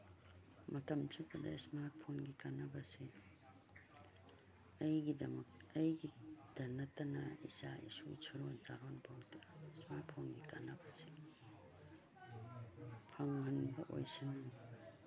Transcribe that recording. ꯃꯇꯝ ꯆꯨꯞꯄꯗ ꯏꯁꯃꯥꯔꯠ ꯐꯣꯟꯒꯤ ꯀꯥꯟꯅꯕꯁꯦ ꯑꯩꯒꯤꯗ ꯅꯠꯇꯅ ꯏꯆꯥ ꯏꯁꯨ ꯁꯨꯔꯣꯟ ꯆꯥꯔꯣꯟꯕꯨꯛꯇ ꯏꯁꯃꯥꯔꯠ ꯐꯣꯟꯒꯤ ꯀꯥꯟꯅꯕꯁꯤ ꯐꯪꯍꯟꯕ ꯑꯣꯏꯁꯅꯨ